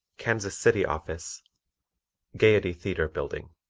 kansas city office gayety theatre bldg.